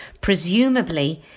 Presumably